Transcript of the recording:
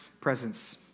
presence